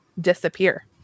disappear